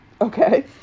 Okay